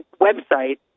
website